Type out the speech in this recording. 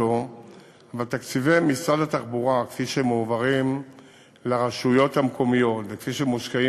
אבל תקציבי משרד התחבורה שמועברים לרשויות המקומיות ושמושקעים